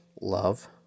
love